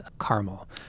caramel